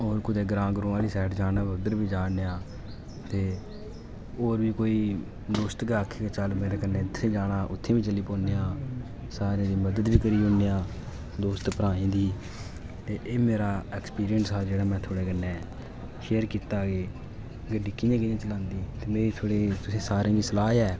और कुदै ग्रांऽ ग्रूंऽ आह्ली साइड़ जाना होऐ कोई दोस्त गै आक्खै चल मेेरे कन्नै इत्थै जाना उत्थै बी चली पौने आं सारें दी मदद बी करी औने आं दोस्त भ्राएं दी एह् मेरा ऐक्सपिरियंस हा जेह्ड़ा में थोआड़े कन्नै शेयर कीता गड्डी कि'यां कि'यां सारें ई सलाह ऐ